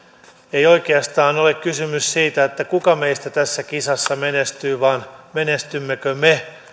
ei oikeastaan ole kysymys siitä kuka meistä tässä kisassa menestyy vaan siitä menestymmekö me